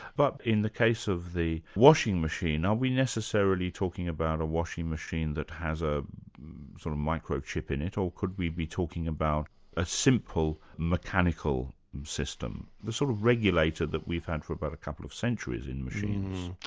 but in the case of the washing machine, are we necessarily talking about a washing machine that has a sort of a microchip in it, or could we be talking about a simple mechanical system, the sort of regulator that we've had for about a couple of centuries in machines?